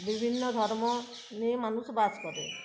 বিভিন্ন ধর্ম নিয়ে মানুষ বাস করে